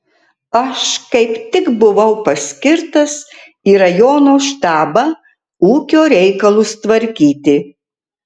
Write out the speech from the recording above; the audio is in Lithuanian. aš kaip tik buvau paskirtas į rajono štabą ūkio reikalus tvarkyti